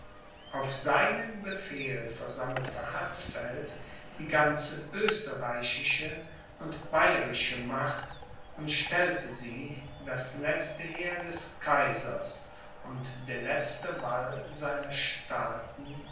auf seinen befehl versammelte hatzfeld die ganze österreichische und bayerische macht und stellte sie das letzte heer des kaisers und der letzte wall seiner staaten